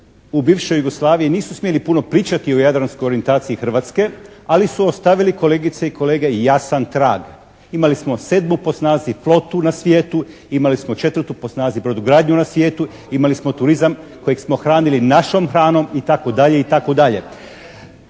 u bivšoj Jugoslaviji nisu smjeli puno pričati o Jadranskoj orijentaciji Hrvatske, ali su ostavili, kolegice i kolege, jasan trag. Imali smo 7. po snazi flotu na svijetu, imali smo 4. po snazi brodogradnju na svijetu, imali smo turizam kojeg smo hranili našom hranom, itd.,